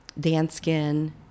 Danskin